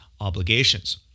obligations